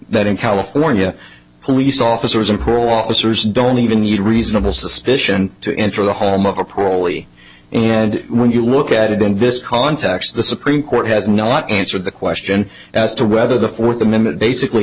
that in california police officers and paul officers don't even need reasonable suspicion to enter the home of a parolee and when you look at it in this context the supreme court has not answered the question as to whether the fourth amendment basically